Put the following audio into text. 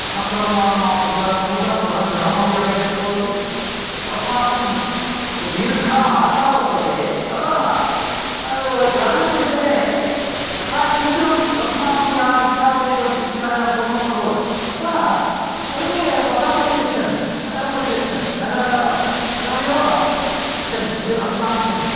अनन्तरम् मम नूतनं गृहमपि अपेक्षितं भवति अस्माकं दीर्घा आशा वर्तते अतः ग्रामीणपरिसरे यथाशीघ्रम् अस्माकं या इच्छा भवति तदिच्छाया पूर्णं न भवति अतः सर्वे पत्तनं प्रति गच्छन्ति नगरं प्रति गच्छन्ति नगरमेव इच्छन्ति अभिकाङ्क्षन्ति